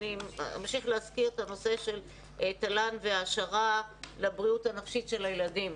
אמשיך להזכיר את הנושא של תל"ן והעשרה לבריאות הנפשית של הילדים.